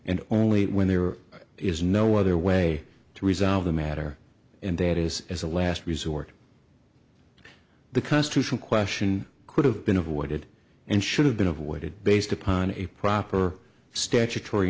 and only when there is no other way to resolve the matter and that is as a last resort because to some question could have been avoided and should have been avoided based upon a proper statutory